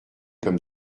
comme